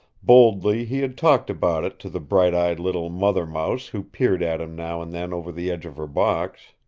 boldly he had talked about it to the bright-eyed little mother-mouse who peered at him now and then over the edge of her box.